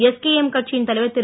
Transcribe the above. SKM கட்சியின் தலைவர் திரு